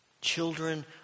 Children